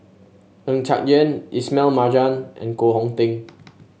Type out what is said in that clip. Ng Yat Chuan Ismail Marjan and Koh Hong Teng